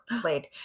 played